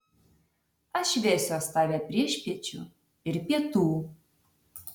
aš vesiuos tave priešpiečių ir pietų